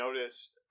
noticed